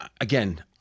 again